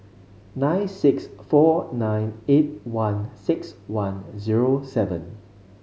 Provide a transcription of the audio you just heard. nine six four nine eight one six one zero seven